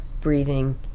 breathing